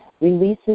releases